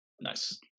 Nice